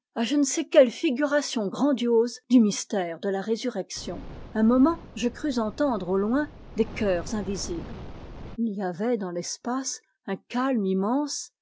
je ne sais quelle figuration grandiose du mystère de la résurrection un moment je crus entendre au loin des chœurs invisibles il y avait dans l'espace un calme immense